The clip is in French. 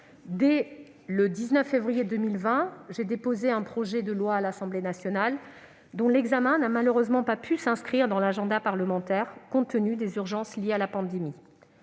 Dès le 19 février 2020, j'avais déposé un projet de loi sur le bureau de l'Assemblée nationale, dont l'examen n'a malheureusement pas pu s'inscrire dans l'agenda parlementaire compte tenu des urgences liées à la pandémie.